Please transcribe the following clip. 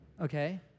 okay